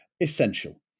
essential